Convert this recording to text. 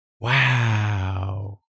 Wow